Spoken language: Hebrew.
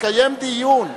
מתקיים דיון.